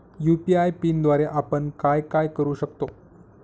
UPI पिनद्वारे आपण काय काय करु शकतो?